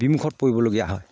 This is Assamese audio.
বিমুখত পৰিবলগীয়া হয়